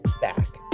back